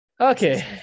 Okay